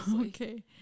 Okay